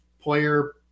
player